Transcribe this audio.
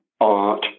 art